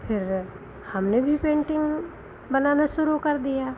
फिर हमने भी पेन्टिंग बनाना शुरू कर दिया